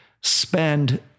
spend